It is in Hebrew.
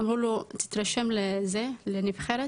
אמרו לו תירשם לנבחרת